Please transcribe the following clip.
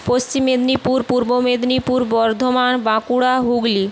Paschim Medinipur Paschim Medinipur Bardhaman Bankura Hooghly